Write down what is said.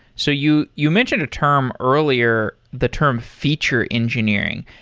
so you you mentioned a term earlier, the term feature engineering.